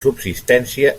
subsistència